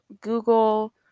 google